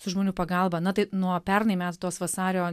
su žmonių pagalba na tai nuo pernai mes tos vasario